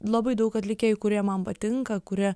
labai daug atlikėjų kurie man patinka kurie